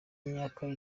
imyaka